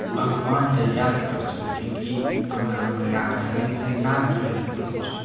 भगवान्लाई याद गर्छ त्यो गीतको नाम हो नाथ हामी त्यसलाई नाद भनेर बोलाउँछौँ